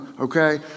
Okay